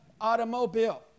automobile